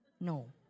No